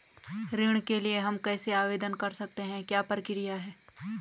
ऋण के लिए हम कैसे आवेदन कर सकते हैं क्या प्रक्रिया है?